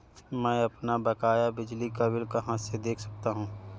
मैं अपना बकाया बिजली का बिल कहाँ से देख सकता हूँ?